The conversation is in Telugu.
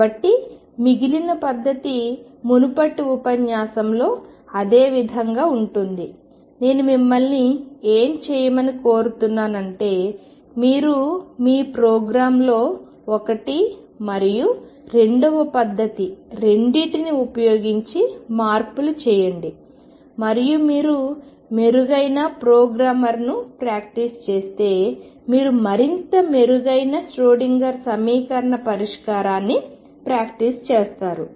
కాబట్టి మిగిలిన పద్ధతి మునుపటి ఉపన్యాసంలో అదే విధంగా ఉంటుంది నేను మిమ్మల్ని ఏమి చేయమని కోరుతున్నాను అంటే మీరు మీ ప్రోగ్రామ్లో ఒకటి మరియు రెండవ పద్ధతి రెండింటినీ ఉపయోగించి మార్పులు చేయండి మరియు మీరు మెరుగైన ప్రోగ్రామర్ను ప్రాక్టీస్ చేస్తే మీరు మరింత మెరుగైన ష్రోడింగర్ సమీకరణ పరిష్కారాన్ని ప్రాక్టీస్ చేస్తారు